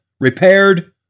repaired